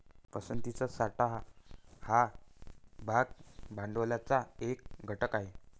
पसंतीचा साठा हा भाग भांडवलाचा एक घटक आहे